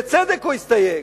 בצדק הוא הסתייג.